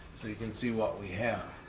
you can see what we have.